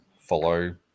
follow